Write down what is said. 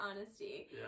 honesty